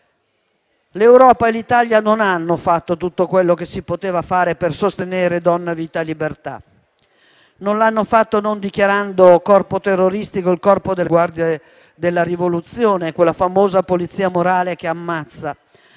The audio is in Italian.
L'Europa e l'Italia non hanno fatto tutto quello che si poteva fare per sostenere «Donna, vita, libertà», non l'hanno fatto non dichiarando corpo terroristico il corpo delle Guardie della rivoluzione, quella famosa polizia morale che ammazza;